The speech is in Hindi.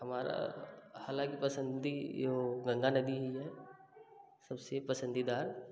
हमारा हालाँकि पसंदी यो गंगा नदी ही है सबसे पसंदीदा